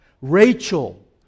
Rachel